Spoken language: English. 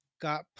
got